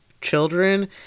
Children